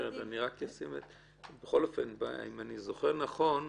אם אני זוכר נכון,